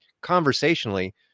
conversationally